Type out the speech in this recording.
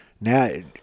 Now